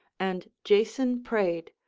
and jason prayed,